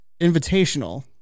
Invitational